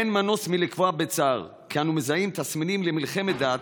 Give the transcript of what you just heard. אין מנוס מלקבוע בצער כי אנו מזהים תסמינים למלחמת דת.